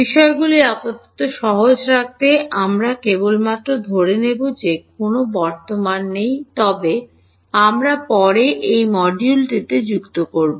বিষয়গুলি আপাতত সহজ রাখতে আমরা কেবলমাত্র ধরে নেব যে কোনও কারেন্ট নেই তবে আমরা পরে এটি মডিউলটিতে যুক্ত করব